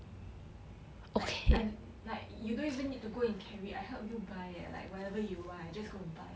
like I like you don't even need to go and carry I help you buy leh like whatever you want I just go and buy